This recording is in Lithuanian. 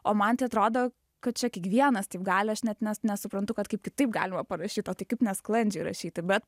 o man tai atrodo kad čia kiekvienas taip gali aš net ne nesuprantu kad kaip kitaip galima parašyt o tai kaip nesklandžiai rašyti bet